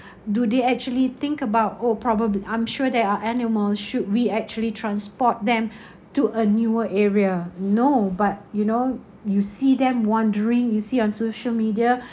do they actually think about oh probably I'm sure there are animals should we actually transport them to a newer area no but you know you see them wandering you see on social media